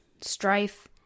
strife